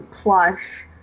plush